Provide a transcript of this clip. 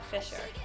Fisher